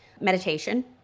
meditation